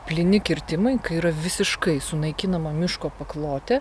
plyni kirtimai kai yra visiškai sunaikinama miško paklotė